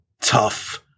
tough